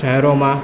શહેરોમાં